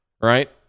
right